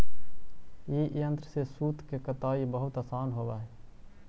ई यन्त्र से सूत के कताई बहुत आसान होवऽ हई